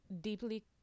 deeply